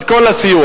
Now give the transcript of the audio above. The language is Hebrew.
על כל הסיוע.